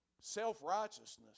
Self-righteousness